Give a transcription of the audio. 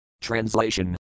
Translation